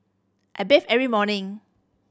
I bathe every morning